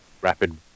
rapid